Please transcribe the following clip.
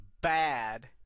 bad